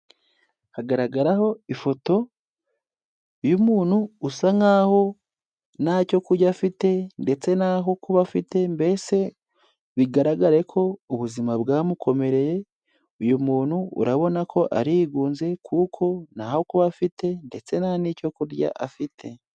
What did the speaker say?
Hagaragaraho ifoto y'umuntu usa nk'aho nta cyo kurya afite ndetse ntaho kuba afite, mbese bigaragare ko ubuzima bwamukomereye. Uyu muntu urabona ko arigunze kuko ntaho kuba afite ndetse nta n'icyo kurya afite.